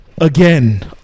Again